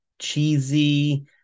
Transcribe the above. cheesy